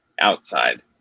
outside